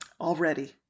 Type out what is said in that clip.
Already